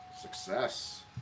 Success